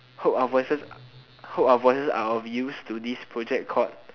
hope our voices our voices are of use to this project called